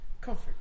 Comfort